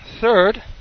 third